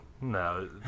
No